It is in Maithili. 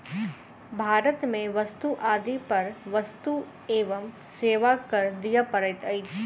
भारत में वस्तु आदि पर वस्तु एवं सेवा कर दिअ पड़ैत अछि